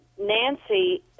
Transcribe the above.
Nancy